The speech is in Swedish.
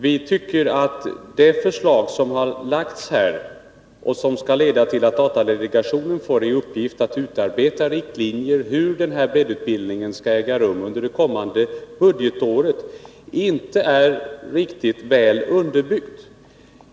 Vi tycker att det förslag som lagts fram här och som skall leda till att datadelegationen får i uppgift att utarbeta riktlinjer för hur denna breddutbildning skall äga rum under det kommande budgetåret inte är riktigt väl underbyggt.